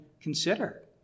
consider